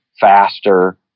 faster